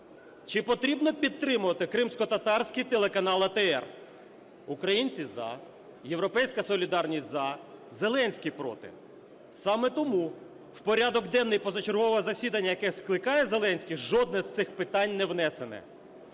Чи потрібно підтримувати кримськотатарський телеканал АТR? Українці – за, "Європейська солідарність" – за, Зеленський – проти. Саме тому в порядок денний позачергового засідання, яке скликає Зеленський, жодне з цих питань не внесено.